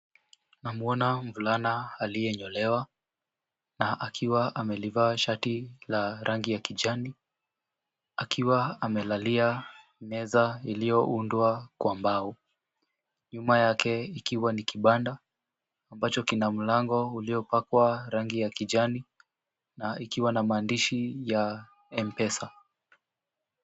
Namwona mvulana aliyenyolewa na akiwa amelivaa shati la rangi ya kijani akiwa amelalia meza iliyoundwa kwa mbao. Nyuma yake ikiwa ni kibanda ambacho kina mlango uliopakwa rangi ya kijani na ikiwa na maandishi ya mpesa.